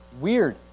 weird